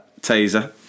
taser